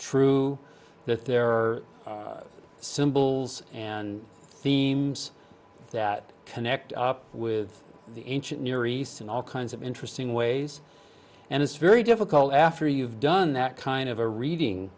true that there are symbols and themes that connect up with the ancient near east and all kinds of interesting ways and it's very difficult after you've done that kind of a reading